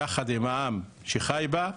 ביחד עם העם שחי בה,